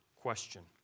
question